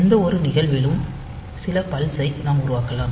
எந்தவொரு நிகழ்விலும் சில பல்ஸ் ஐ நாம் உருவாக்கலாம்